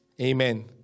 Amen